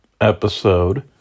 Episode